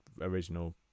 original